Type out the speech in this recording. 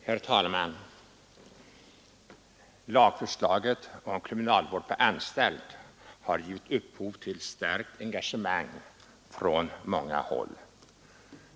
Herr talman! Lagförslaget om kriminalvård på anstalt har givit upphov till starkt engagemang från många håll.